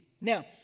Now